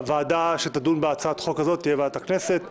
שהוועדה שתדון בהצעת החוק הזאת תהיה ועדת הכנסת,